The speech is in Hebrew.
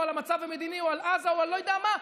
על המצב המדיני או על עזה או אני לא יודע על מה,